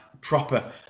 proper